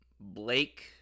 Blake